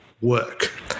work